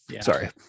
Sorry